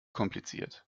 kompliziert